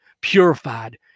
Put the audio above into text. purified